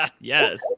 Yes